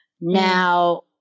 Now